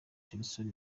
jackson